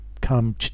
come